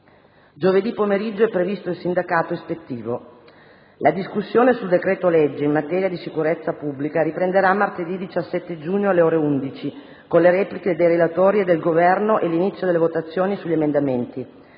Giovedì pomeriggio è previsto il sindacato ispettivo. La discussione sul decreto-legge in materia di sicurezza pubblica riprenderà martedì 17 giugno, alle ore 11, con le repliche dei relatori e del Governo e 1'inizio delle votazioni sugli emendamenti.